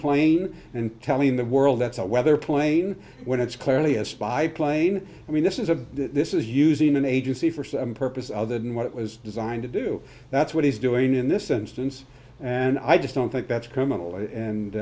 plane and telling the world that's a weather plane when it's clearly a spy plane i mean this is a this is using an agency for some purpose other than what it was designed to do that's what he's doing in this instance and i just don't think that's criminal and